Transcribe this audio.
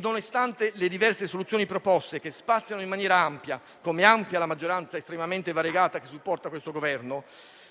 nonostante le diverse soluzioni proposte, che spaziano in maniera ampia, come ampia è la maggioranza estremamente variegata che supporta questo Governo,